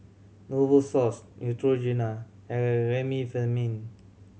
Novosource Neutrogena and Remifemin